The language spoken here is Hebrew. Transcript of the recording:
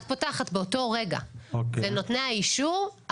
את פותחת באותו רגע ונותני האישור,